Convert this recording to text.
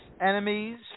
enemies